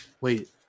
wait